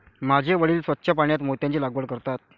माझे वडील स्वच्छ पाण्यात मोत्यांची लागवड करतात